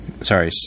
Sorry